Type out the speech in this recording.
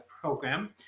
program